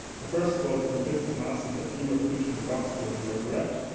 the first was convince the masses that you were preaching the gospel and you were correct.